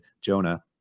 jonah